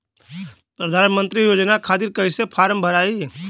प्रधानमंत्री योजना खातिर कैसे फार्म भराई?